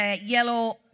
yellow